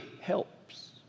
helps